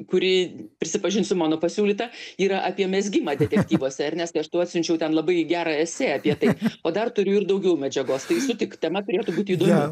kuri prisipažinsiu mano pasiūlyta yra apie mezgimą detektyvuose ernestai aš tau atsiunčiau ten labai gerą esė apie tai o dar turiu ir daugiau medžiagos tai sutik tema turėtų būti įdomi